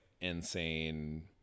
insane